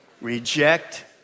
reject